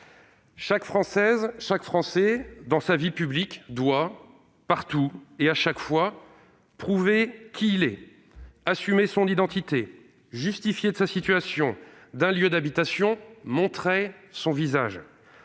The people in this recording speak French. Chaque Française, chaque Français, dans sa vie publique, doit, partout et chaque fois, prouver qui il est, assumer son identité, justifier de sa situation, d'un lieu d'habitation, montrer son visage.